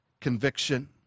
conviction